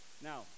Now